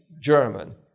German